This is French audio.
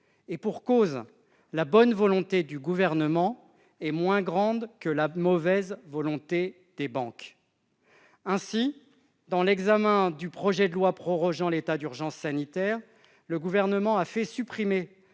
Et pour cause : la bonne volonté du Gouvernement est moins grande que la mauvaise volonté des banques ! Ainsi, lors de l'examen du projet de loi prorogeant l'état d'urgence sanitaire, le Gouvernement a fait supprimer